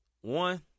one